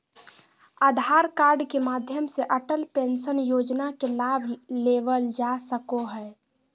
आधार card के माध्यम से अटल पेंशन योजना के लाभ लेवल जा सको हय